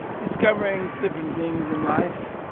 discovering different things in life